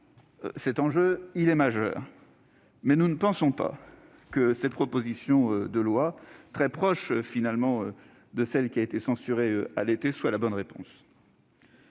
? L'enjeu est majeur, mais nous ne pensons pas que cette proposition de loi, très proche finalement de celle qui a été censurée l'été dernier, soit la bonne réponse.